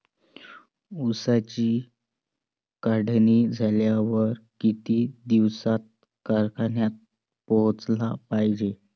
ऊसाची काढणी झाल्यावर किती दिवसात कारखान्यात पोहोचला पायजे?